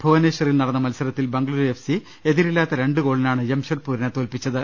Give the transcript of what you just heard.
ഭുവനേശ്വറിൽ നടന്ന മത്സരത്തിൽ ബംഗളൂരു എഫ്സി എതിരില്ലാത്ത രണ്ട് ഗോളിനാണ് ജംഷഡ്പൂരിനെ തോൽപിച്ചത്